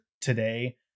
today